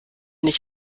nicht